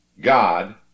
God